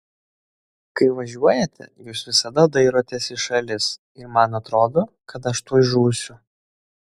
kai važiuojate jūs visada dairotės į šalis ir man atrodo kad aš tuoj žūsiu